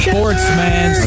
Sportsman